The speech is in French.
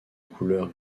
couleur